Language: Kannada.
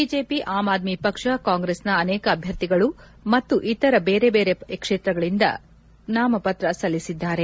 ಬಿಜೆಪಿ ಆಮ್ ಆದ್ಮಿ ಪಕ್ಷ ಕಾಂಗ್ರೆಸ್ನ ಅನೇಕ ಅಭ್ಯರ್ಥಿಗಳು ಮತ್ತು ಇತರರು ಬೇರೆ ಬೇರೆ ಕ್ಷೇತ್ರಗಳಿಂದ ನಾಮಪತ್ರ ಸಲ್ಲಿಸಿದ್ದಾರೆ